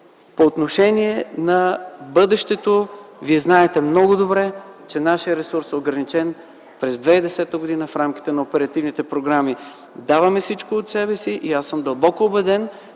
По отношение на бъдещето, вие знаете много добре, че нашия ресурс през 2010 г. е ограничен в рамките на оперативните програми. Даваме всичко от себе си и аз съм дълбоко убеден,